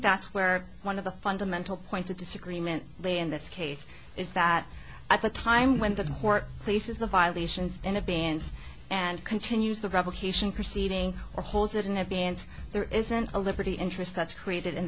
that's where one of the fundamental points of disagreement lay in this case is that at the time when the court places the violations in the bans and continues the revocation proceeding or holds it in advance there isn't a liberty interest that's created in